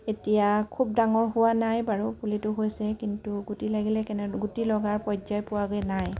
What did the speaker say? এতিয়া খুব ডাঙৰ হোৱা নাই বাৰু পুলিটো হৈছে কিন্তু গুটি লাগিলে গুটি লগাৰ পৰ্যায় পোৱাগৈ নাই